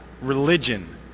religion